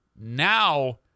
Now